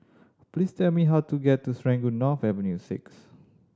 please tell me how to get to Serangoon North Avenue Six